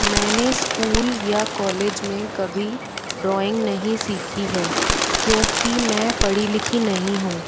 मैंने स्कूल या कोलेज में कभी ड्राइंग नहीं सीखी है क्योंकि मैं पढ़ी लिखी नही हूँ